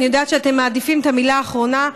אני יודעת שאתם מעדיפים את המילה האחרונה,